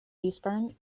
eastbourne